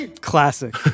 Classic